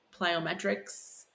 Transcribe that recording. plyometrics